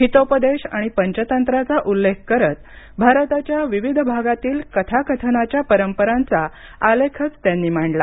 हितोपदेश आणि पंचतंत्राचा उल्लेख करत भारताच्या विविध भागातील कथाकथनाच्या परंपरांचा आलेखच त्यांनी मांडला